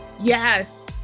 Yes